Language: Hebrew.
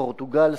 פורטוגל,